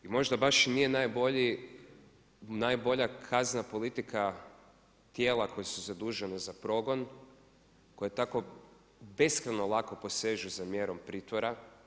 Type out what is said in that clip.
I možda baš i nije najbolja kazna politika tijela koja su zadužena za progon, koja tako beskrajno lako posežu za mjerom pritvora.